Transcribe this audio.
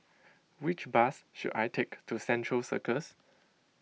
which bus should I take to Central Circus